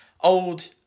old